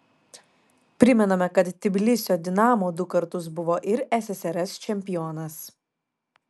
primename kad tbilisio dinamo du kartus buvo ir ssrs čempionas